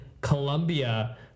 Colombia